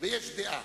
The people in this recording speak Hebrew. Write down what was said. ויש דעה.